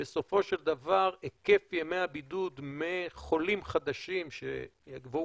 ובסופו של דבר היקף ימי הבידוד מחולים חדשים שיבואו